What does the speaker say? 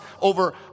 over